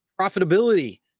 profitability